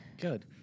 Good